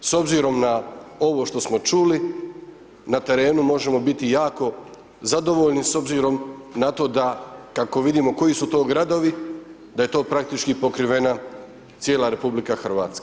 S obzirom na ovo što smo čuli, na terenu možemo biti jako zadovoljni s obzirom na to da, kako vidimo koji su to gradovi, da je to praktički pokrivena cijela RH.